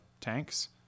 tanks